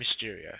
Mysterio